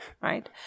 Right